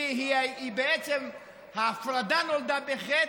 כי בעצם ההפרדה נולדה בחטא,